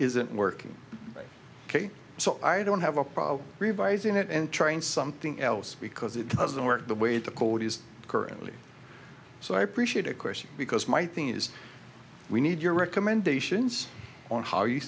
isn't working ok so i don't have a problem revising it and trying something else because it doesn't work the way the code is currently so i appreciate of course because my thing is we need your recommendations on how you